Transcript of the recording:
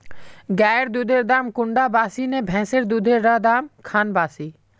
गायेर दुधेर दाम कुंडा बासी ने भैंसेर दुधेर र दाम खान बासी?